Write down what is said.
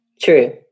True